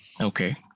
okay